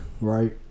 right